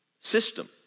system